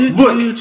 look